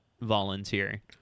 volunteer